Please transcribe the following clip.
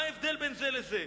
מה ההבדל בין זה לזה?